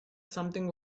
something